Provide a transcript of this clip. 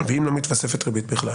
ואם בכלל לא מתווספת ריבית?